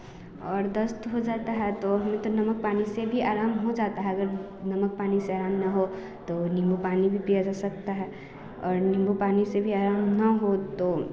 और दस्त हो जाता है तो हमें तो नमक पानी से भी आराम हो जाता है नमक पानी से आराम न हो तो नींबू पानी भी पिया जा सकता है और नींबू पानी से भी आराम न हो तो